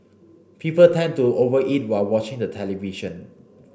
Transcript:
people tend to over eat while watching the television